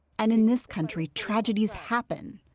and in this country, tragedies happen.